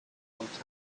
original